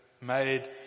made